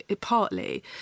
partly